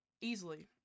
Easily